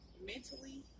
mentally